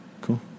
Cool